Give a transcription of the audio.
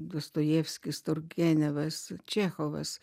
dostojevskis turgenevas čechovas